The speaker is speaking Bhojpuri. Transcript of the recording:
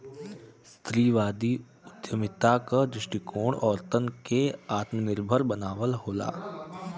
स्त्रीवादी उद्यमिता क दृष्टिकोण औरतन के आत्मनिर्भर बनावल होला